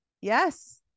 Yes